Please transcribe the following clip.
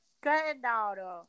granddaughter